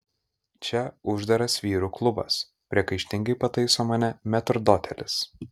čia uždaras vyrų klubas priekaištingai pataiso mane metrdotelis